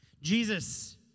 Jesus